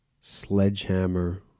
Sledgehammer